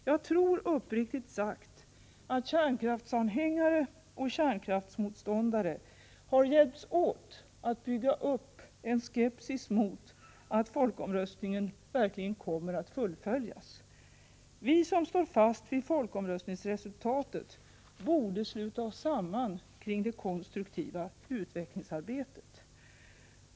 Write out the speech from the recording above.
Jag tror, uppriktigt sagt, att kärnkraftsanhängare och kärnkraftsmotståndare har hjälpts åt att bygga upp en skepsis när det gäller om folkomröstningsbeslutet kommer att fullföljas. Vi som står fast vid folkomröstningsresultatet borde sluta oss samman kring det konstruktiva utvecklingsarbetet!